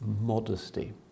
modesty